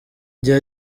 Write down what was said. gihe